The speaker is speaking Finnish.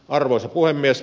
arvoisa puhemies